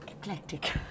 eclectic